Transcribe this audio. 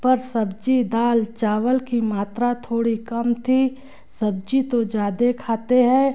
पर सब्ज़ी दाल चावल की मात्रा थोड़ी कम थी सब्जी तो जादे खाते है